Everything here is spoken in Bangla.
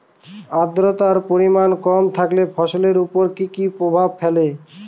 আদ্রর্তার পরিমান কম থাকলে ফসলের উপর কি কি প্রভাব ফেলবে?